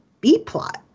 B-plot